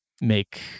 make